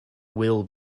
will